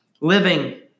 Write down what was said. living